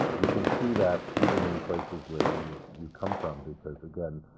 you can see that even in places where you you come from, because again,